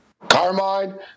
Carmine